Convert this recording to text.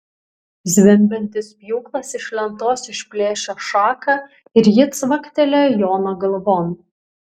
zvimbiantis pjūklas iš lentos išplėšė šaką ir ji cvaktelėjo jono galvon